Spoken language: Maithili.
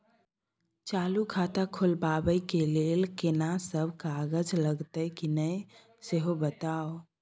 चालू खाता खोलवैबे के लेल केना सब कागज लगतै किन्ने सेहो बताऊ?